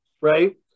right